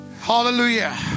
Hallelujah